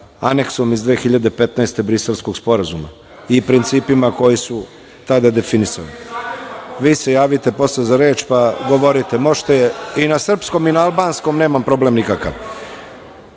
Aneksom iz 2015. godine Briselskog sporazuma i principima koji su tada definisani. Vi se javite posle za reč, pa govorite, možete i na srpskom i na albanskom, nemam problem nikakav.